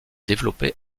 développé